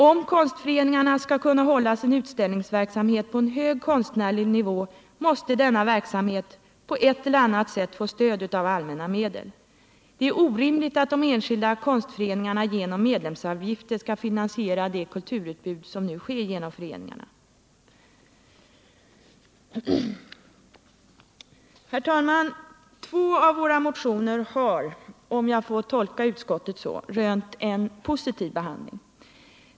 Om konstföreningarna skall kunna hålla sin utställningsverksamhet på en hög konstnärlig nivå måste denna verksamhet på ett eller annat sätt få stöd av allmänna medel. Det är orimligt, att de enskilda konstföreningarna genom medlemsavgifter skall finansiera det kulturutbud som nu sker genom föreningarna.” Herr talman! Två av våra motioner har — om jag får tolka utskottets skrivning så — rönt en positiv behandling.